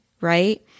right